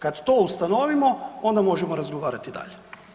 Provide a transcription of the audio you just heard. Kad to ustanovimo, onda možemo razgovarati dalje.